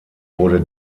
wurde